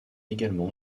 également